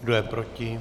Kdo je proti?